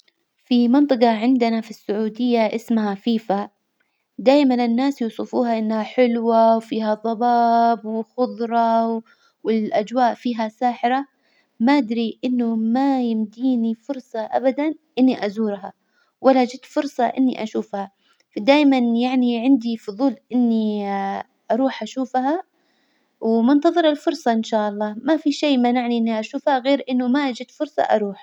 في منطجة عندنا في السعودية إسمها فيفا، دايما الناس يوصفوها إنها حلوة وفيها ظباب وخظرة، والأجواء فيها ساحرة، ما أدري إنه ما يمديني فرصة أبدا إني أزورها، ولا جات فرصة إني أشوفها، فدايما يعني عندي فظول إني أروح أشوفها، ومنتظرة الفرصة إن شاء الله، ما في شي منعني إني أشوفه غير إنه ما إجت فرصة أروح.